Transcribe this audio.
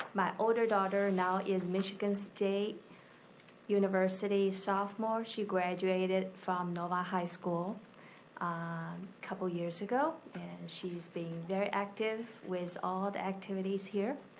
my older daughter now is michigan state university sophomore. she graduated from novi high school a couple years ago and she's been very active with all the activities here.